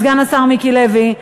סגן השר מיקי לוי.